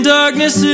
darkness